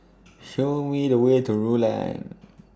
Show Me The Way to Rulang